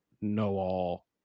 know-all